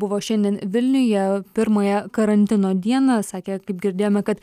buvo šiandien vilniuje pirmąją karantino dieną sakė kaip girdėjome kad